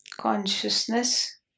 consciousness